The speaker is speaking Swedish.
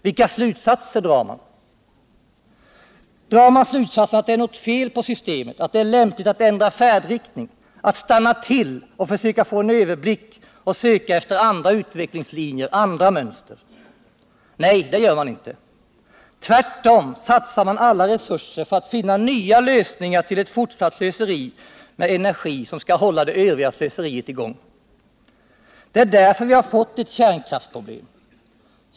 Vilka slutsatser drar man? Drar man slutsatsen att det är något fel på systemet, att det är lämpligt att ändra färdriktning, att stanna till och försöka få en överblick och söka efter andra utvecklingslinjer, andra mönster? Nej, det gör man inte. Tvärtom satsar man alla resurser för att finna nya lösningar till ett fortsatt slöseri med energi som skall hålla det övriga slöseriet i gång. Det är därför vi har fått ett kärnkraftsproblem.